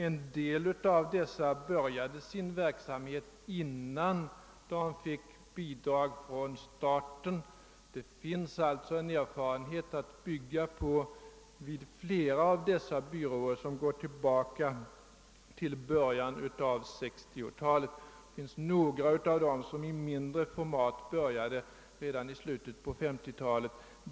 En del av dessa började sin verksamhet, innan de fick bidrag från staten. Det finns alltså vid flera av dessa byråer en erfarenhet att bygga på som går tillbaka till bör jan av 1960-talet. Några av byråerna började för övrigt redan i slutet av 1950-talet en verksamhet i mindre format.